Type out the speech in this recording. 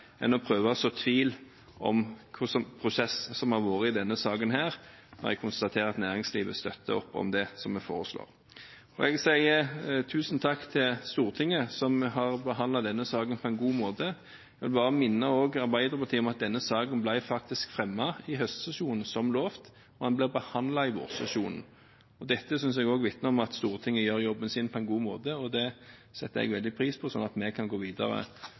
enn å prøve å så tvil om hvilken prosess som har vært i denne saken. Jeg konstaterer at næringslivet støtter opp om det vi foreslår. Jeg sier tusen takk til Stortinget, som har behandlet denne saken på en god måte. Jeg vil bare minne Arbeiderpartiet om at denne saken faktisk ble fremmet i høstsesjonen, som lovet, og den blir behandlet i vårsesjonen. Dette synes jeg også vitner om at Stortinget gjør jobben sin på en god måte – og det setter jeg veldig pris på – sånn at vi kan gå videre